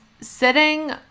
sitting